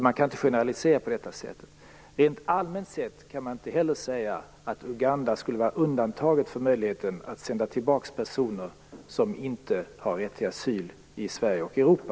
Man kan inte generalisera. Man kan inte heller rent allmänt säga att Uganda skulle vara undantaget från möjligheten att sända tillbaka personer som inte har rätt till asyl i Sverige och Europa.